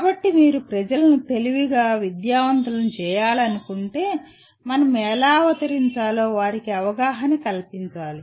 కాబట్టి మీరు ప్రజలను తెలివిగా విద్యావంతులను చేయాలనుకుంటే మనం ఎలా అవతరించాలో వారికి అవగాహన కల్పించాలి